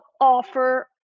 offer